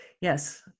Yes